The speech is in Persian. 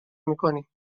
میکنیم